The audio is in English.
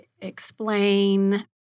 explain